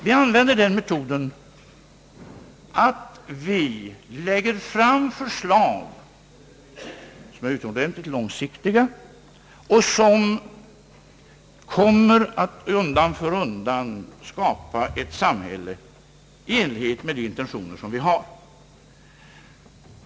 Vi använder metoden att lägga fram förslag som är utomordentligt långsiktiga och som undan för undan kommer att skapa ett samhälle i enlighet med de intentioner som vi har.